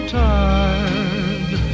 tired